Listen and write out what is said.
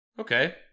okay